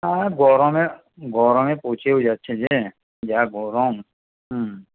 আর গরমে গরমে পচেও যাচ্ছে রে যা গরম হুম